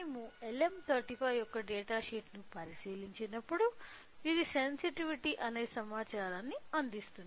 మేము LM35 యొక్క డేటాషీట్ను పరిశీలించినప్పుడు ఇది సెన్సిటివిటీ అనే సమాచారాన్ని అందిస్తుంది